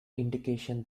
indication